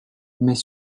mais